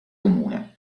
comune